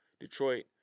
Detroit